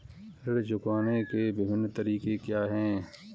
ऋण चुकाने के विभिन्न तरीके क्या हैं?